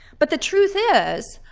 but the truth is,